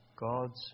God's